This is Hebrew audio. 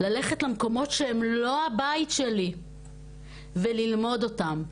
ללכת למקומות שהם לא הבית שלי וללמוד אותם,